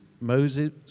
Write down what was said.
Moses